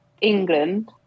England